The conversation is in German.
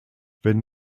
wenn